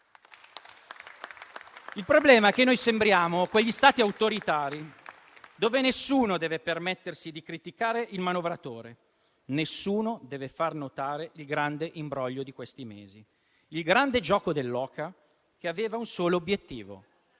Il problema è che sembriamo quegli Stati autoritari in cui nessuno deve permettersi di criticare il manovratore: nessuno deve far notare il grande imbroglio di questi mesi, il grande gioco dell'oca che aveva un solo obiettivo,